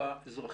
חלופה אזרחית.